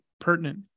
pertinent